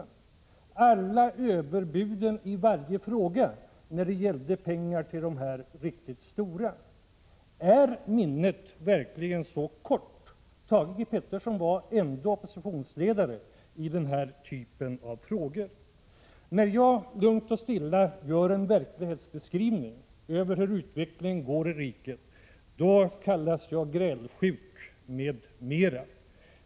Han har glömt alla överbuden i varje fråga när det gällde pengar till de riktigt stora. Är minnet verkligen så kort? Thage G. Peterson var ändå oppositionsledare i den här typen av frågor. När jag lugnt och stilla gör en verklighetsbeskrivning av hur utvecklingen går i riket, kallas jag grälsjuk och annat.